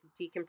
decompress